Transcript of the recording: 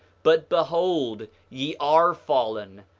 but behold, ye are fallen,